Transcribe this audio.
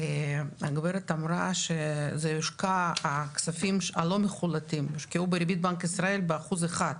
הגברת אמרה שהכספים הלא מחלוטים ישוקעו בריבית בנק ישראל באחוז אחד,